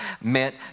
meant